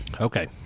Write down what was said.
Okay